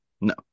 No